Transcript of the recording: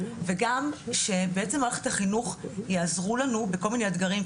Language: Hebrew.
וגם שבעצם מערכת החינוך יעזרו לנו בכל מיני אתגרים.